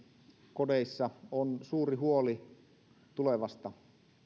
kodeissa on suuri huoli tulevasta